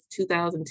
2002